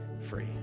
free